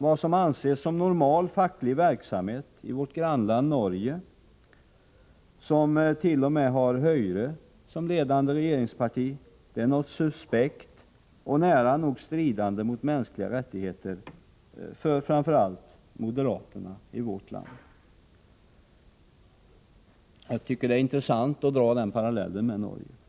Vad som anses som normal facklig verksamhet i vårt grannland Norge, som t.o.m. har hgyre som ledande regeringsparti, är suspekt — och nära nog stridande mot mänskliga rättigheter för framför allt moderaterna i vårt land. Jag tycker att det är intressant att dra den parallellen med Norge.